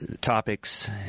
topics